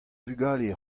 vugale